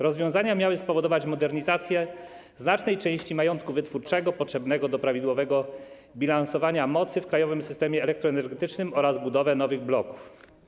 Rozwiązania miały spowodować modernizację znacznej części majątku wytwórczego potrzebnego do prawidłowego bilansowania mocy w krajowym systemie elektroenergetycznym oraz budowę nowych bloków.